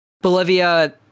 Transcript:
Bolivia